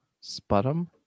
sputum